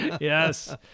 Yes